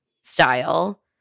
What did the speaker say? style